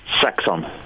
Saxon